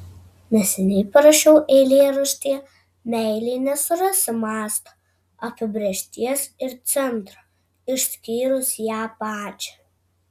neseniai parašiau eilėraštyje meilei nesurasi masto apibrėžties ir centro išskyrus ją pačią